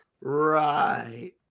Right